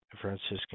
franciscan